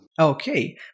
Okay